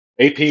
AP